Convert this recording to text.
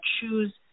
choose